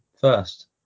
first